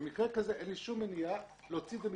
במקרה כזה אין שום מניעה להוציא את זה מאיתנו,